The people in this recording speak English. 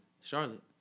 Charlotte